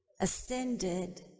ascended